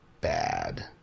bad